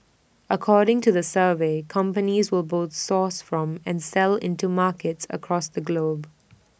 according to the survey companies will both source from and sell into markets across the globe